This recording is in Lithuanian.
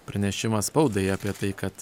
pranešimas spaudai apie tai kad